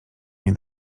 nie